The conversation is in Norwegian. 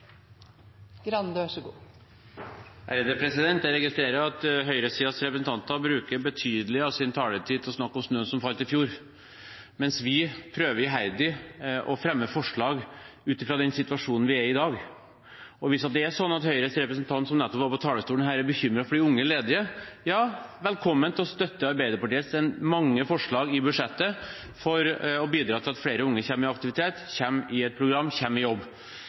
Jeg registrerer at høyresidens representanter bruker betydelige deler av sin taletid til å snakke om snøen som falt i fjor, mens vi iherdig prøver å fremme forslag ut fra den situasjonen vi er i, i dag. Hvis det er slik at Høyres representant som nettopp var på talerstolen her, er bekymret for de unge ledige, er han velkommen til å støtte Arbeiderpartiets mange forslag i budsjettet for å bidra til at flere unge kommer i aktivitet, kommer i et program, kommer i jobb.